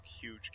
huge